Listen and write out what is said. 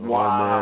Wow